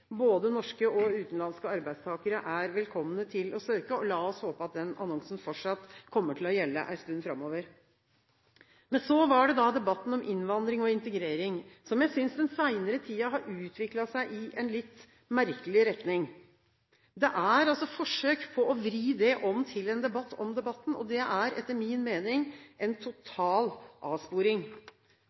både norske og utenlandske arbeidstakere er velkomne til å søke. La oss håpe at den annonsen fortsatt kommer til å gjelde en stund framover. Så til debatten om innvandring og integrering, som jeg synes den senere tid har utviklet seg i en litt merkelig retning – det er forsøk på å vri den om til en debatt om debatten. Det er etter min mening en total avsporing.